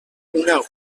una